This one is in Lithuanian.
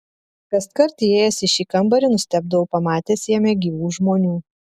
kaskart įėjęs į šį kambarį nustebdavau pamatęs jame gyvų žmonių